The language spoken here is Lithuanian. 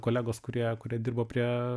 kolegos kurie kurie dirbo prie